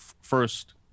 first